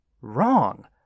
wrong